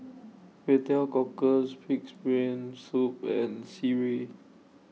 Kway Teow Cockles Pig'S Brain Soup and Sireh